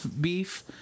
beef